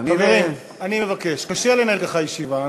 אני, חברים, אני מבקש, קשה לנהל ככה ישיבה.